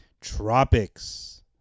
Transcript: Tropics